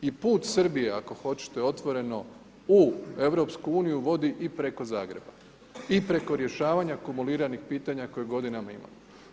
I put Srbije ako hoćete otvoreno u EU vodi i preko Zagreba i preko rješavanja kumuliranih pitanja koje godinama imamo.